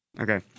Okay